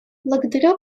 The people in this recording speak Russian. благодарю